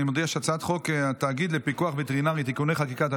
אני מודיע שהצעת חוק התאגיד לפיקוח וטרינרי (תיקוני חקיקה),